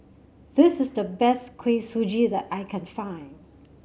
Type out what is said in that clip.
this is the best Kuih Suji that I can find